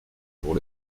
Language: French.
pour